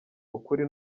ukuri